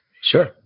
Sure